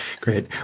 Great